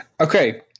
Okay